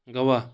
گَوا